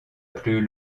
plus